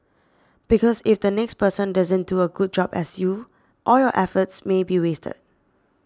because if the next person doesn't do a good job as you all your efforts may be wasted